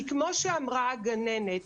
כי כמו שאמרה הגננת,